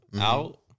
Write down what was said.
Out